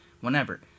whenever